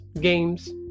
games